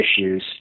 issues